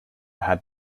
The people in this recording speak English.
had